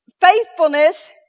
faithfulness